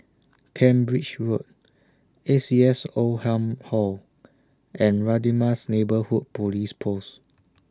Cambridge Road A C S Oldham Hall and Radin Mas Neighbourhood Police Post